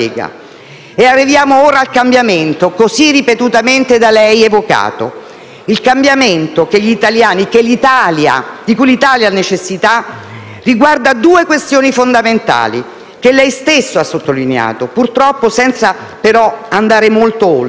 Arriviamo ora al cambiamento, così ripetutamente da lei evocato. Il cambiamento di cui l'Italia ha necessità riguarda due questioni fondamentali, che lei stesso ha sottolineato, purtroppo però senza andare molto oltre: